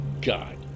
God